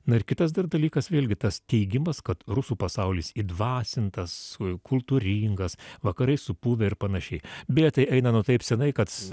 na ir kitas dar dalykas vėlgi tas teigimas kad rusų pasaulis įdvasintas kultūringas vakarai supuvę ir panašiai beje tai eina nuo taip senai kad